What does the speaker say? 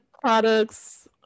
products